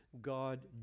God